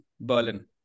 Berlin